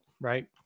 right